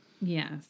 Yes